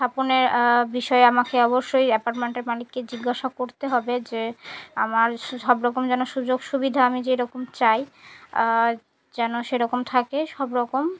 স্থাপনের বিষয়ে আমাকে অবশ্যই অ্যাপার্টমেন্টের মালিককে জিজ্ঞাসা করতে হবে যে আমার সব রকম যেন সুযোগ সুবিধা আমি যেরকম চাই যেন সেরকম থাকে সব রকম